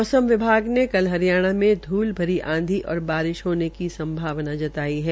मौसम विभाग ने कल हरियाणा में धूलभरी आंधी और बारिश होने की संभावना जताई है